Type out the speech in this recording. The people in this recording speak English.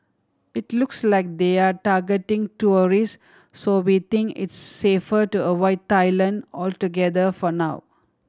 it looks like they're targeting tourist so we think it's safer to avoid Thailand altogether for now